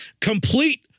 complete